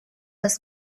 was